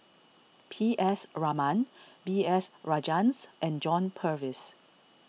P S Raman B S Rajhans and John Purvis